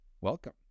Welcome